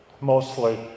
mostly